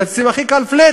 מקצצים הכי קל, flat